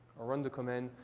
run the command.